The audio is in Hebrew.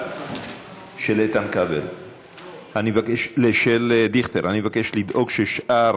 אני מבקש לדאוג ששאר